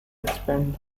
expand